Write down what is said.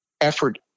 effort